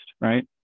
right